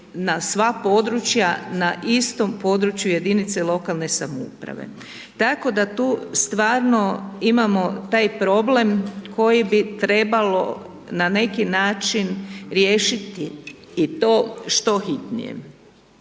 na sva područja, na istom području jedinice lokalne samouprave, tako da tu stvarno imamo taj problem koji bi trebalo na neki način riješiti i to što hitnije.